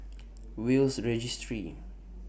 Will's Registry